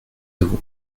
avons